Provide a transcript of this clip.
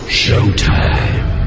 showtime